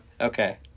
Okay